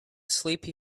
sleepy